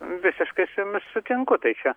visiškai su jumis sutinku taičia